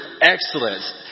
excellence